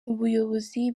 ubuyobozi